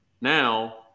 now